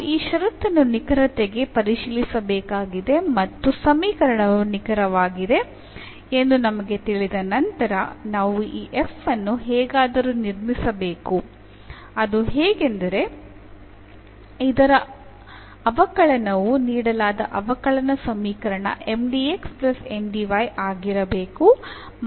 ನಾವು ಈ ಷರತನ್ನು ನಿಖರತೆಗಾಗಿ ಪರಿಶೀಲಿಸಬೇಕಾಗಿದೆ ಮತ್ತು ಸಮೀಕರಣವು ನಿಖರವಾಗಿದೆ ಎಂದು ನಮಗೆ ತಿಳಿದ ನಂತರ ನಾವು ಈ f ಅನ್ನು ಹೇಗಾದರೂ ನಿರ್ಮಿಸಬೇಕು ಅದು ಹೇಗೆಂದರೆ ಇದರ ಅವಕಲನವು ನೀಡಲಾದ ಅವಕಲನ ಸಮೀಕರಣ ಆಗಿರಬೇಕು